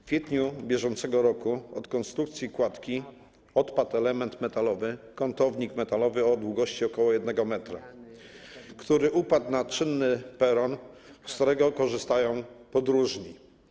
W kwietniu br. od konstrukcji kładki odpadł element metalowy, kątownik metalowy o długości ok. 1 m, który upadł na czynny peron, z którego korzystają podróżni.